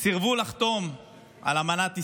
סירבו לחתום על אמנת איסטנבול,